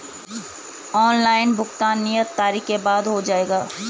Online भुगतान नियत तारीख के बाद हो जाएगा?